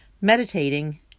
meditating